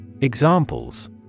Examples